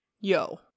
Yo